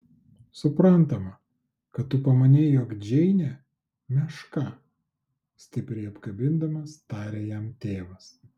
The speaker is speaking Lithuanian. suprantama kad tu pamanei jog džeinė meška stipriai apkabindamas tarė jam tėvas